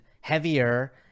heavier